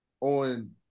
on